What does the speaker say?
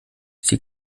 sie